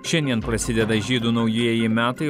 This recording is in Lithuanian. šiandien prasideda žydų naujieji metai